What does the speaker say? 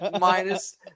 minus